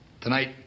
Tonight